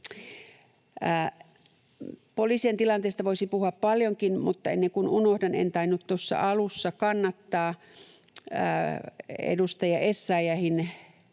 Poliisien tilanteesta voisi puhua paljonkin, mutta ennen kuin unohdan — en tainnut tuossa alussa kannattaa mietinnön